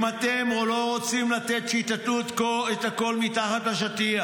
אם אתם לא רוצים לתת שיטאטאו את הכול מתחת לשטיח,